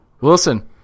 Wilson